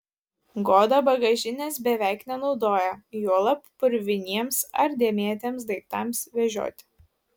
goda bagažinės beveik nenaudojo juolab purviniems ar dėmėtiems daiktams vežioti